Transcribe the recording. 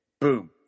boom